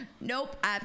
Nope